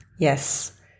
Yes